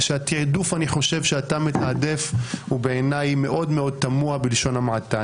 התעדוף שאתה מתעדף הוא בעיניי מאוד מאוד תמוה בלשון המעטה.